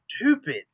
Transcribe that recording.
stupid